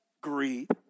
Greed